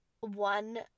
one